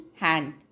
hand